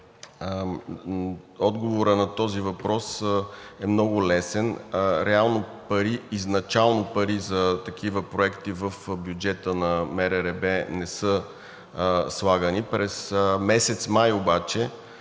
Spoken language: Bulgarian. отговорът на този въпрос е много лесен. Реално пари, изначално пари за такива проекти в бюджета на МРРБ не са слагани. През месец май обаче